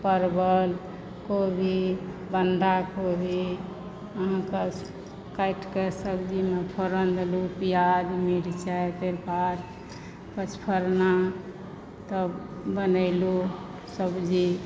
परवल कोबी बन्धा कोबी अहाँके काटि कऽ सब्जीमे फोरन देलहुॅं प्याज मिरचाइ तेजपात पचफोरना तब बनेलहुॅं सब्जी